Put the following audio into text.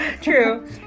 True